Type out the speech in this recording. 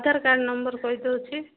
Aadhaar card number କହିଦଉଛି